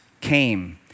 came